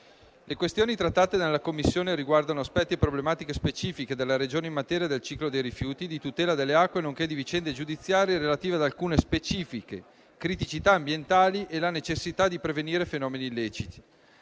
Le questioni trattate dalla Commissione riguardano aspetti e problematiche specifiche della Regione in materia di ciclo dei rifiuti e di tutela delle acque, nonché vicende giudiziarie relative ad alcune specifiche criticità ambientali e la necessità di prevenire fenomeni illeciti.